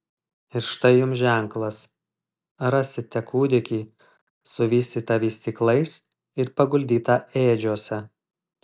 ir štai jums ženklas rasite kūdikį suvystytą vystyklais ir paguldytą ėdžiose